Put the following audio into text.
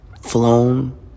flown